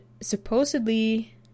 supposedly